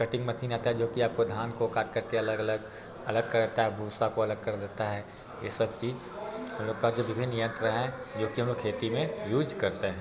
cutting machine आता है जो कि आपको धान को काट कर के अलग अलग अलग करता देता है भूसे को अलग कर देता है ये सब चीज़ हम लोग के जो विभिन्न यंत्र हैं जो कि हम लोग खेती में यूज करते हैं